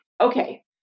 okay